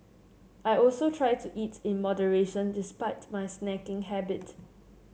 I also try to eat in moderation despite my snacking habit